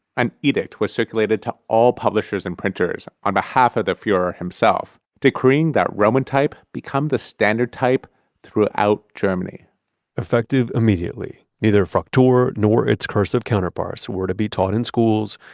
an edict was circulated to all publishers and printers on behalf of the furor himself decreeing that roman type become the standard type throughout germany effective immediately. neither fraktur nor its cursive counterparts were to be taught in schools,